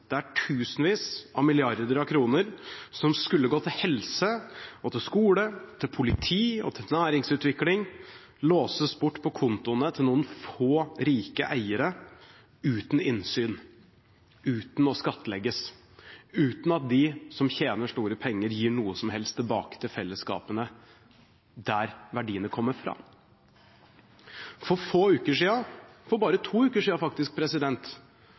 der er det tusenvis av milliarder av kroner som skulle gå til helse, skole, politi og næringsutvikling som låses bort på kontoene til noen få rike eiere, uten innsyn, uten å skattlegges, uten at de som tjener store penger, gir noe som helst tilbake til fellesskapene der verdiene kommer fra. For bare to uker